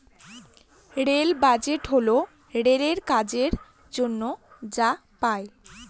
rail budget হল রেলের কাজের জন্য যা পাই